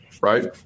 right